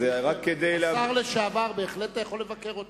זה רק כדי, השר לשעבר בהחלט אתה יכול לבקר אותו.